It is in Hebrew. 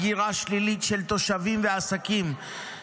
הגירה שלילית של תושבים ועסקים,